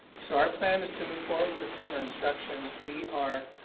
so our plan is to move forward with summer instruction. we are,